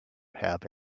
have